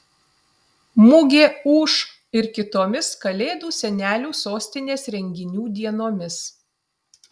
mugė ūš ir kitomis kalėdų senelių sostinės renginių dienomis